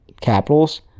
Capitals